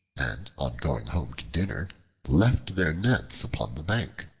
and on going home to dinner left their nets upon the bank.